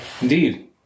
indeed